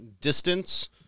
distance